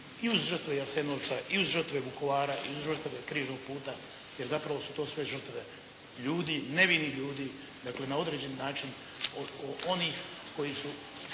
i uz žrtve Jasenovca i uz žrtve Križnog puta jer zapravo su to sve žrtve nevini ljudi, dakle na određeni način od onih koji su